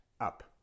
up